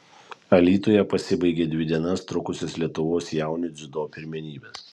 alytuje pasibaigė dvi dienas trukusios lietuvos jaunių dziudo pirmenybės